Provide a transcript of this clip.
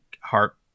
heart